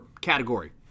category